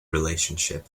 relationship